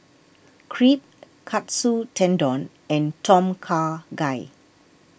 Crepe Katsu Tendon and Tom Kha Gai